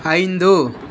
ஐந்து